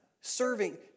serving